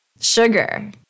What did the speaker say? sugar